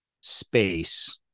space